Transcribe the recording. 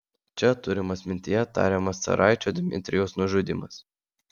čia turimas mintyje tariamas caraičio dmitrijaus nužudymas